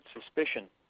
suspicion